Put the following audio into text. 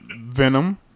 Venom